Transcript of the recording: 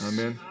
Amen